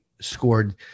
scored